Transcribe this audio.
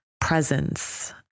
presence